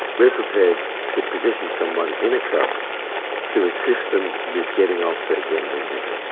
we're prepared to position someone in a club to assist them with getting off their gambling habit.